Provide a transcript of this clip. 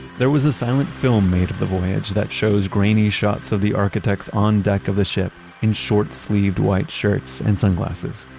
there was a silent film made of the voyage that shows grainy shots of the architects on deck of the ship in short-sleeved white shirts and sunglasses,